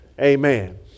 Amen